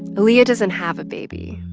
aaliyah doesn't have a baby.